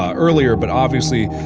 ah earlier, but obviously.